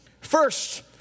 First